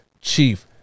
Chief